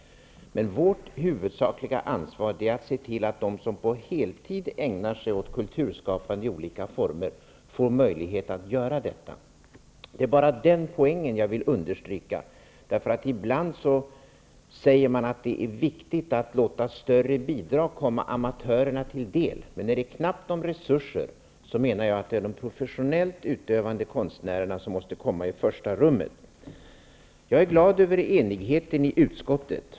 Men vårt huvudsakliga ansvar är att se till att de som på heltid ägnar sig åt kulturskapande i olika former får möjlighet att göra det. Det är den poängen jag vill understryka. Ibland sägs det att det är viktigt att låta större bidrag komma amatörerna till del. Men när det är knappt om resurser är det enligt min mening de professionellt utövande konstnärerna som måste komma i första rummet. Jag är glad över enigheten i utskottet.